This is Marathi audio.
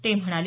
ते म्हणाले